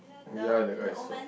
we are like eyesore